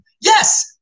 Yes